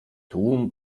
tłum